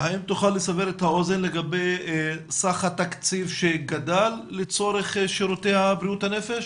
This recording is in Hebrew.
האם תוכל לסבר את האוזן לגבי סך התקציב שגדל לצורך שירותי בריאות הנפש,